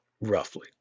Roughly